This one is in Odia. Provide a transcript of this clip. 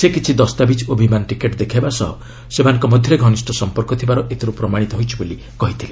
ସେ କିଛି ଦସ୍ତାବିଜ୍ ଓ ବିମାନ ଟିକେଟ୍ ଦେଖାଇବା ସହ ସେମାନଙ୍କ ମଧ୍ୟରେ ଘନିଷ୍ଠ ସମ୍ପର୍କ ଥିବାର ଏଥିରୁ ପ୍ରମାଣିତ ହୋଇଛି ବୋଲି କହିଥିଲେ